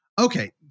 Okay